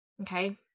Okay